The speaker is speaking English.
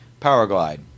Powerglide